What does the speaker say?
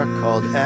called